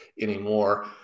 anymore